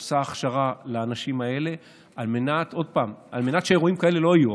היא עושה הכשרה לאנשים האלה על מנת שאירועים כאלה לא יהיו,